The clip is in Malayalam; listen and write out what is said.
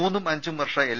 മൂന്നും അഞ്ചും വർഷ എൽ